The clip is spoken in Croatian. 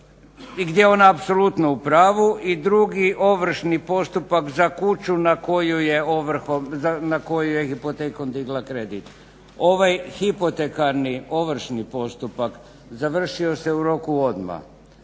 i gdje je ona apsolutno u pravu i drugi ovršni postupak za kuću na koju je hipotekom digla kredit. Ovaj hipotekarni ovršni postupak završio se u roku odmah.